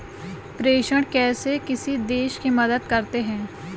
प्रेषण कैसे किसी देश की मदद करते हैं?